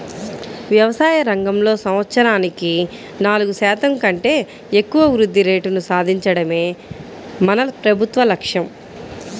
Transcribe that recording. వ్యవసాయ రంగంలో సంవత్సరానికి నాలుగు శాతం కంటే ఎక్కువ వృద్ధి రేటును సాధించడమే మన ప్రభుత్వ లక్ష్యం